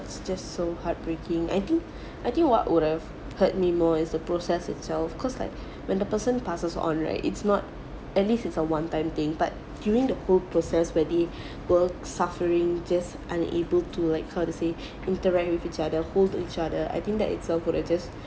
it's just so heartbreaking I think I think what would've hurt me more is the process itself cause like when the person passes on right it's not at least it's a one time thing but during the whole process where they were suffering just unable to like how to say interact with each other hold each other I think that itself would have just